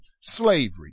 slavery